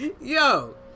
Yo